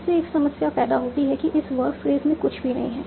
इससे एक समस्या पैदा होती है कि इस वर्ब फ्रेज में कुछ भी नहीं है